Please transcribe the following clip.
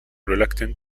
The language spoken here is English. reluctant